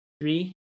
Three